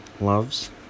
loves